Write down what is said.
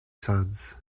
sons